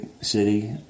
city